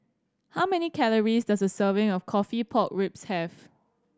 how many calories does a serving of coffee pork ribs have